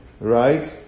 right